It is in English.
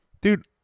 Dude